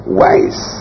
wise